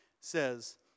says